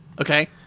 okay